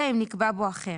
אלא אם נקבע בו אחרת,